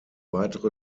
weitere